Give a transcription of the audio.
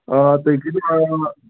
آ تُہۍ کٔرِِو آ